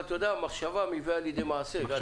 אבל מחשבה מביאה לידי מעשה.